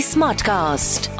Smartcast